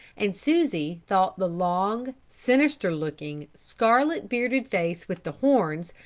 and susie thought the long, sinister looking, scarlet-bearded face with the horns,